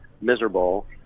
miserable